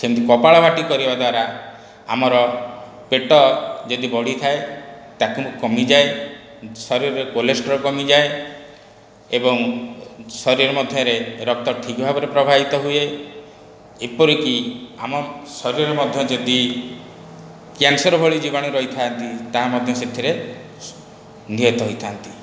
ସେମିତି କପାଳଭାତି କରିବା ଦ୍ଵାରା ଆମର ପେଟ ଯଦି ବଢ଼ିଥାଏ ତାକୁ କମିଯାଏ ଶରୀରରେ କୋଲେଷ୍ଟ୍ରଲ୍ କମିଯାଏ ଏବଂ ଶରୀର ମଧ୍ୟରେ ରକ୍ତ ଠିକ ଭାବରେ ପ୍ରବାହିତ ହୁଏ ଏପରିକି ଆମ ଶରୀରରେ ମଧ୍ୟ ଯଦି କ୍ୟାନ୍ସର ଭଳି ଜୀବାଣୁ ରହିଥାନ୍ତି ତାହା ମଧ୍ୟ ସେଥିରେ ନିହତ ହୋଇଥାନ୍ତି